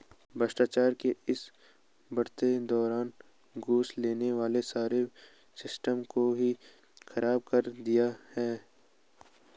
भ्रष्टाचार के इस बढ़ते दौर में घूस लेने वालों ने सारे सिस्टम को ही खराब कर दिया है